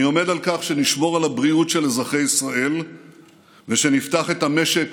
אני עומד על כך שנשמור על הבריאות של אזרחי ישראל ושנפתח את המשק